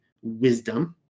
wisdom